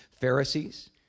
Pharisees